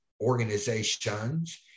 organizations